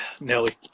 Nelly